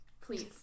please